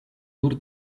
nur